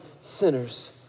sinners